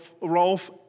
Rolf